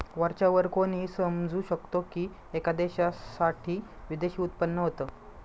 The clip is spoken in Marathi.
वरच्या वर कोणीही समजू शकतो की, एका देशासाठी विदेशी उत्पन्न होत